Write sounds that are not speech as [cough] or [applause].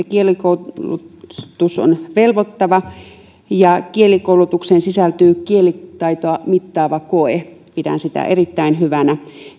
[unintelligible] kielikoulutus on velvoittava ja kielikoulutukseen sisältyy kielitaitoa mittaava koe pidän sitä erittäin hyvänä